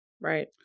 Right